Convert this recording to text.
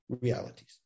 realities